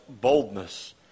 boldness